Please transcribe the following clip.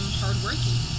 hardworking